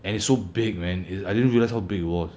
and it's so big man it I didn't realize how big it was